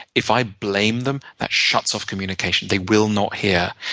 if i blame them, that shuts off communication. they will not hear.